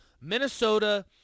Minnesota